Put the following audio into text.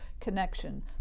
connection